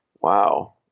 Wow